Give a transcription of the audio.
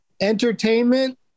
entertainment